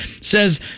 says